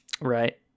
right